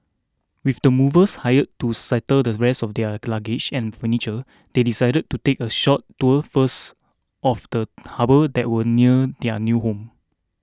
with the movers hired to settle the rest of their luggage and furniture they decided to take a short tour first of the harbour that was near their new home